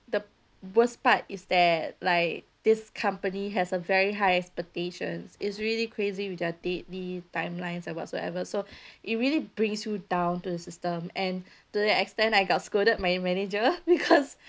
the worst part is that like this company has a very high expectations is really crazy with their deadly timelines or whatsoever so it really brings you down to the system and to the extent I got scolded by manager because